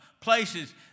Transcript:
places